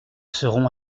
serons